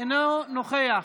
אינו נוכח,